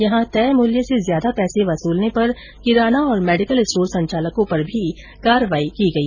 यहां तय मूल्य से ज्यादा पैसे वसूलने पर किराना और मेडिकल स्टोर संचालकों पर कार्यवाही की गई